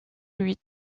lui